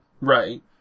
Right